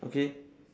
okay